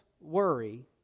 worry